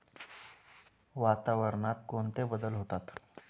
वातावरणात कोणते बदल होतात?